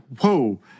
whoa